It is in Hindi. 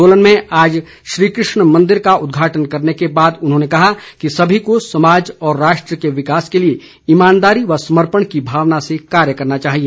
सोलन में आज श्रीकृष्ण मंदिर का उदघाटन करने के बाद उन्होंने कहा कि सभी को समाज और राष्ट्र के विकास के लिए ईमानदारी व समर्पण की भावना से कार्य करना चाहिए